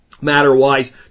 matter-wise